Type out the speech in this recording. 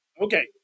okay